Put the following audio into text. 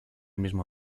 mismo